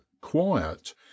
quiet